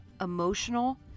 emotional